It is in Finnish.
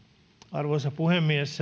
arvoisa puhemies